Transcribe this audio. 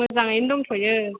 मोजाङैनो दंथ'यो